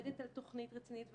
עובדת על תכנית רצינית,